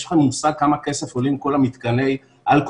יש לכם מושג כמה כסף עולים כל מתקני האלכוג'לים